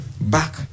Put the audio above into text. back